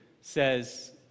says